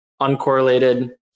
uncorrelated